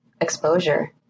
exposure